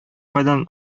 кайдан